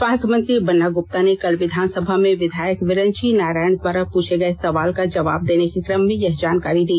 स्वास्थ्य मंत्री बन्ना ग्रप्ता ने कल विधानसभा में विधायक विरंची नारायण द्वारा प्रछे गए सवाल का जवाब देने के क्रम में यह जानकारी दी